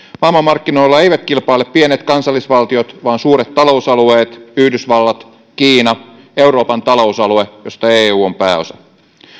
maailmamarkkinoilla eivät kilpaile pienet kansallisvaltiot vaan suuret talousalueet yhdysvallat kiina euroopan talousalue josta eu on pääosa